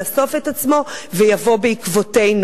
יאסוף את עצמו ויבוא בעקבותינו.